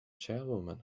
chairwoman